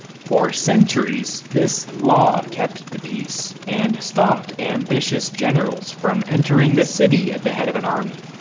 for centuries, this law kept the peace, and stopped ambitious generals from entering the city at the head of an army.